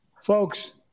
Folks